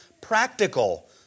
practical